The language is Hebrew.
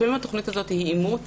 לפעמים התוכנית הזאת היא אימוץ,